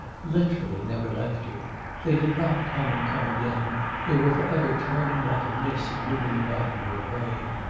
literally never left her they did not come and come again they were for ever turning like a mist moving about in her brain.